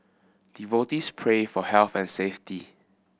devotees pray for health and safety